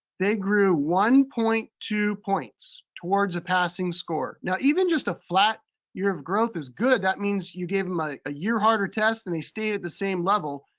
they grew one point two points towards a passing score. now even just a flat year of growth is good. that means you gave em ah a year harder test, and they stayed at the same level.